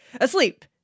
Asleep